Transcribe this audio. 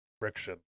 friction